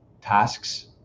tasks